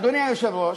אדוני היושב-ראש,